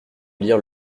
lire